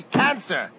cancer